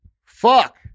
Fuck